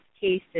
cases